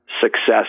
success